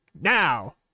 now